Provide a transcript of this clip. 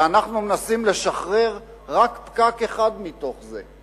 שאנחנו מנסים לשחרר רק פקק אחד מתוך זה,